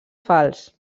fals